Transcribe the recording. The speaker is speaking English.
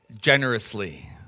generously